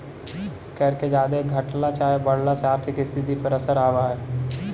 कर के जादे घटला चाहे बढ़ला से आर्थिक स्थिति पर असर आब हई